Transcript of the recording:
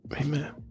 Amen